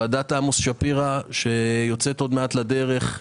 ועדת עמוס שפירא שיוצאת עוד מעט לדרך.